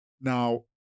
Now